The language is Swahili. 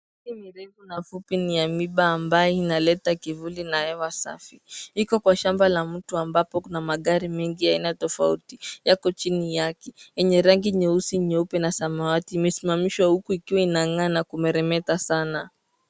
Miti mirefu na fupi ni ya miba ambayo inaleta kivuli na hewa safi, iko kwa shamba la mtu ambapo kuna magari mengi aina tofauti yako chini yake yenye rangi nyeusi, nyeupe na samawati imesimamishwa huku ikiwa inangaa na kumeremeta sana.